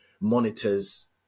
monitors